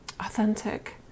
Authentic